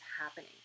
happening